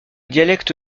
dialecte